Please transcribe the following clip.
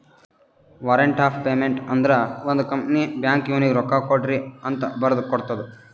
warrant of payment ಅಂದುರ್ ಒಂದ್ company ಬ್ಯಾಂಕ್ಗ್ ಇವ್ನಿಗ ರೊಕ್ಕಾಕೊಡ್ರಿಅಂತ್ ಬರ್ದಿ ಕೊಡ್ತದ್